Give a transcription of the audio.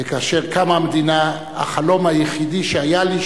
וכאשר קמה המדינה החלום היחידי שהיה לי,